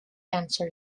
answer